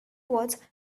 was